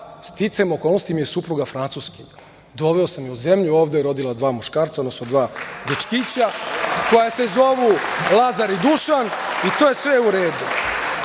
sticajem okolnosti mi je supruga Francuskinja, doveo sam je ovde u zemlju, rodila dva muškarca, odnosno dva dečkića, koja se zovu Lazar i Dušan i to je sve u redu.